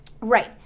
Right